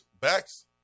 backs